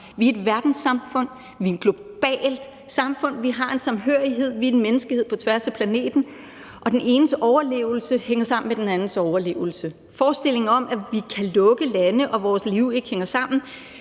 Vi er et verdenssamfund, vi er et globalt samfund, vi har en samhørighed, vi er en menneskehed på tværs af planeten, og den enes overlevelse hænger sammen med den andens overlevelse. Forestillingen om, at vi kan lukke lande, og at vores liv ikke hænger sammen,